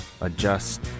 adjust